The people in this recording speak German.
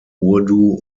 urdu